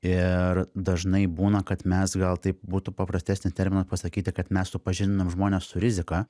ir dažnai būna kad mes gal taip būtų paprastesnį terminą pasakyti kad mes supažindinam žmones su rizika